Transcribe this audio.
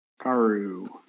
Karu